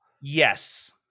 Yes